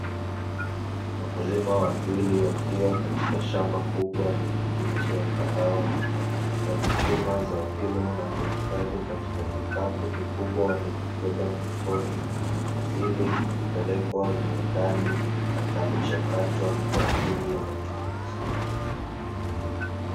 Wakulima wawili wakiwa katika shamba kubwa lenye miche ya kahawa. Wakichuma zao hilo na kuhifadhi katika vikapu vikubwa walivyovibeba mgongoni, ili kupelekwa viwandani na kuchakatwa kwa ajili ya matumizi.